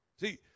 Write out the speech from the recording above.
See